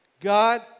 God